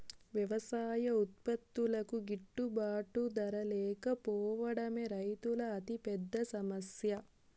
వ్యవసాయ ఉత్పత్తులకు గిట్టుబాటు ధర లేకపోవడమే రైతుల అతిపెద్ద సమస్య